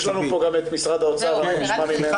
יש לנו פה גם את משרד האוצר ונשמע ממנו.